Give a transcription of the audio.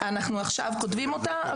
אנחנו עכשיו כותבים אותה,